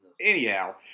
Anyhow